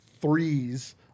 threes